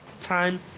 time